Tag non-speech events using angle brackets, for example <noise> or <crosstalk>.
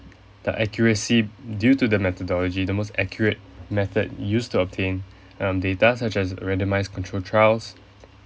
the accuracy due to the methodology the most accurate method used to obtain <breath> um data such as randomized controlled trials